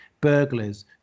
Burglars